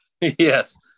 Yes